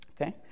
Okay